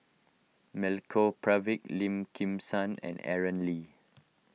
Milenko Prvacki Lim Kim San and Aaron Lee